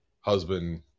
husband